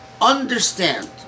understand